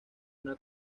una